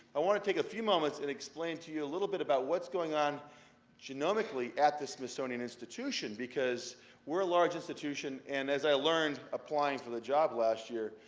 i want to take a few moments and explain to you a little bit about what's going on genomically at the smithsonian institution, because we're a large institution, and as i learned, applying for the job last year,